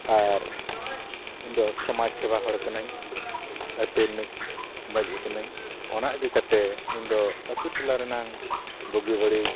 ᱟᱨ ᱤᱧᱫᱚ ᱥᱚᱢᱟᱡᱽ ᱥᱮᱵᱟ ᱦᱚᱲ ᱠᱟᱹᱱᱟᱹᱧ ᱟᱹᱛᱩ ᱨᱤᱱᱤᱡ ᱢᱟᱺᱡᱷᱤ ᱠᱟᱹᱱᱟᱹᱧ ᱚᱱᱟ ᱤᱫᱤ ᱠᱟᱛᱮᱫ ᱤᱧᱫᱚ ᱟᱹᱛᱩ ᱴᱚᱞᱟ ᱨᱮᱱᱟᱜ ᱵᱩᱜᱤ ᱵᱟᱹᱲᱤᱡ